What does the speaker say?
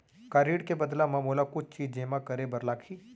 का ऋण के बदला म मोला कुछ चीज जेमा करे बर लागही?